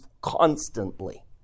constantly